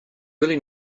really